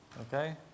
okay